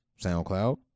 SoundCloud